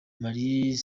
mariah